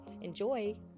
Enjoy